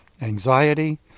anxiety